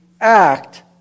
act